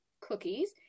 cookies